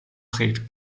trägt